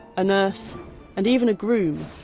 a nurse and even a groom,